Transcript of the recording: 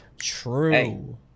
True